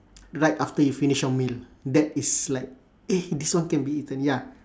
right after you finish your meal that is like eh this one can be eaten ya